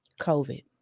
COVID